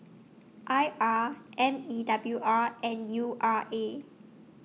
I R M E W R and U R A